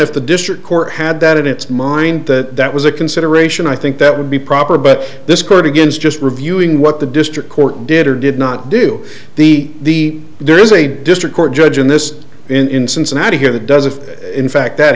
if the district court had that in its mind that that was a consideration i think that would be proper but this court against just reviewing what the district court did or did not do the there is a district court judge in this in cincinnati here that does if in fact that